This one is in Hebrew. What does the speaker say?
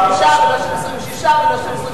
ולא של 25 ולא של 26 ולא של 27,